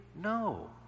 No